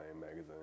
magazine